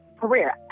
career